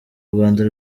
rwanda